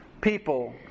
people